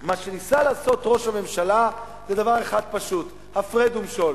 מה שניסה לעשות ראש הממשלה זה דבר אחד פשוט: הפרד ומשול.